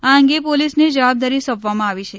આ અંગે પોલીસને જવાબદારી સોંપવામાં આવી છે